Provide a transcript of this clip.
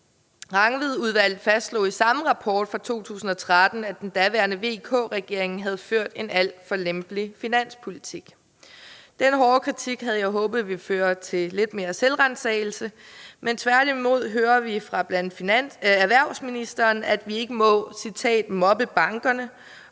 Rangvidudvalget fastslog i samme rapport fra 2013, at den daværende VK-regering havde ført en alt for lempelig finanspolitik. Den hårde kritik havde jeg håbet ville føre til lidt mere selvransagelse, men tværtimod hører vi fra erhvervsministeren, at vi ikke må »mobbe bankerne«,